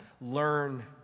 learn